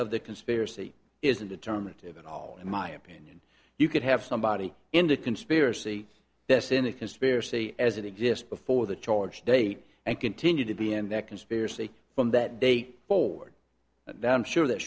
of the conspiracy is a determinative in all in my opinion you could have somebody in the conspiracy this in a conspiracy as it exists before the charge date and continue to be in that conspiracy from that day forward that i'm sure that